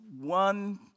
one